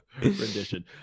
rendition